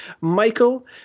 Michael